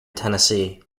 tennessee